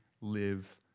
live